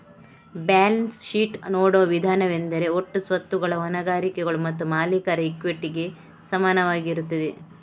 balance sheet ನೋಡುವ ವಿಧಾನವೆಂದರೆ ಒಟ್ಟು ಸ್ವತ್ತುಗಳು ಹೊಣೆಗಾರಿಕೆಗಳು ಮತ್ತು ಮಾಲೀಕರ ಇಕ್ವಿಟಿಗೆ ಸಮನಾಗಿರುತ್ತದೆ